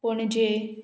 Panaji